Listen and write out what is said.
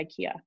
Ikea